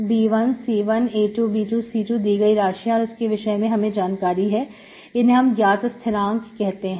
C1a2b2C2 दी गई राशियां है और इनके विषय में हमें जानकारी है इन्हें हम ज्ञात स्थिरांक कहते हैं